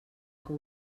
que